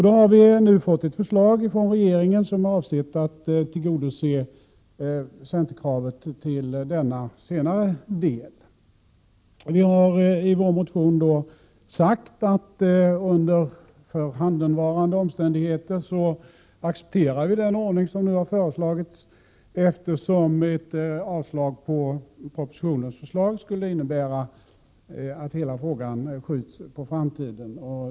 Vi har nu fått ett förslag från regeringen som är avsett att tillgodose centerkravet i denna senare del. Vi har i vår motion sagt att vi under förhandenvarande omständigheter accepterar den ordning som har föreslagits, eftersom ett avslag av propositionens förslag skulle innebära att hela frågan skjuts på framtiden.